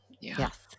Yes